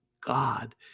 God